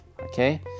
okay